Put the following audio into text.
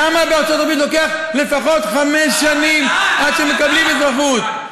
למה בארצות-הברית לוקח לפחות חמש שנים עד שמקבלים אזרחות?